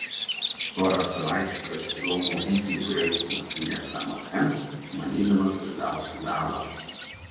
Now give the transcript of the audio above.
porą savaičių prasirgau maudyklių graikų nakvynės namuose manydamas kad gausiu galą